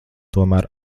tomēr